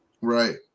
Right